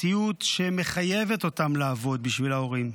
מציאות שמחייבת אותם לעבוד בשביל ההורים,